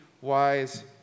wise